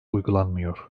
uygulanmıyor